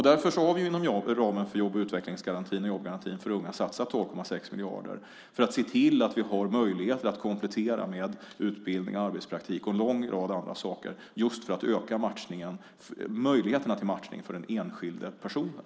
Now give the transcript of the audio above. Därför har vi inom ramen för jobb och utvecklingsgarantin och jobbgarantin för unga satsat 2,6 miljarder för att se till att vi har möjligheter att komplettera med utbildning, arbetspraktik och en lång rad andra saker för att öka möjligheterna till matchning för den enskilda personen.